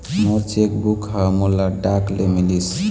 मोर cheque book ह मोला डाक ले मिलिस